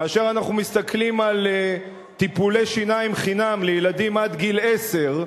כאשר אנחנו מסתכלים על טיפולי שיניים חינם לילדים עד גיל עשר,